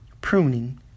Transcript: Pruning